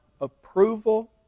approval